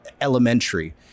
elementary